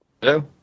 Hello